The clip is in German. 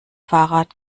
fahrrad